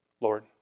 Lord